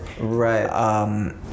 Right